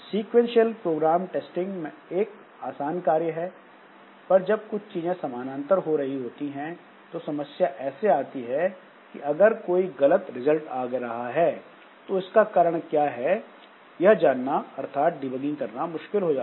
sequential program testing एक आसान कार्य है पर जब कुछ चीजें समानांतर हो रही होती हैं तो समस्या ऐसे आती है कि अगर कोई गलत रिजल्ट आ रहा है तो इसका कारण क्या है यह जानना अर्थात डीबगिंग करना मुश्किल हो जाता है